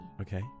Okay